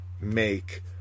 make